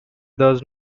thus